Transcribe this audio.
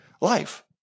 life